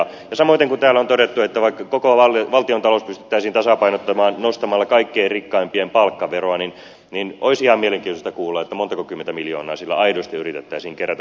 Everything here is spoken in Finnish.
samoiten kun täällä on todettu että vaikka koko valtiontalous pystyttäisiin tasapainottamaan nostamalla kaikkein rikkaimpien palkkaveroa niin olisi ihan mielenkiintoista kuulla montako kymmentä miljoonaa sillä aidosti yritettäisiin kerätä